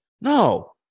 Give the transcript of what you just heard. no